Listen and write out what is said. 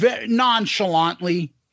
nonchalantly